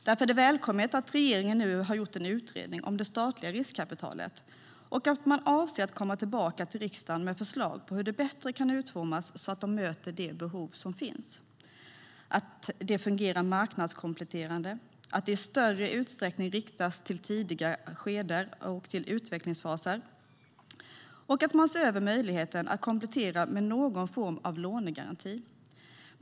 Därför är det välkommet att regeringen nu har gjort en utredning om det statliga riskkapitalet och att man avser att komma tillbaka till riksdagen med förslag på hur det bättre kan utformas så att det möter de behov som finns. Det ska fungera marknadskompletterande och i större utsträckning riktas till tidiga skeden och utvecklingsfaser. Man ska också se över möjligheten att komplettera med någon form av lånegaranti.